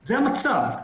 זה המצב.